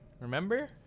Remember